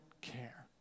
care